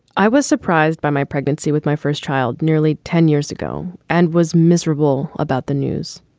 i was surprised by my pregnancy with my first child nearly ten years ago and was miserable about the news.